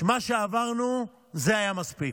מה שעברנו היה מספיק.